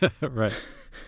Right